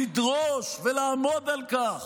לדרוש ולעמוד על כך